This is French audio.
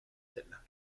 elle